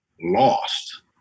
lost